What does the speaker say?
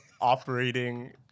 operating